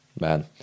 Man